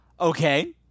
Okay